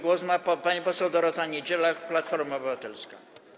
Głos ma pani poseł Dorota Niedziela, Platforma Obywatelska.